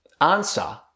Answer